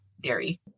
dairy